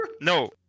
No